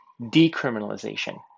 decriminalization